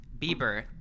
Bieber